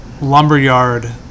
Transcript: Lumberyard